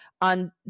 on